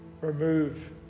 remove